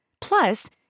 Plus